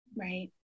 Right